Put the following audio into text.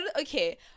Okay